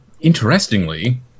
interestingly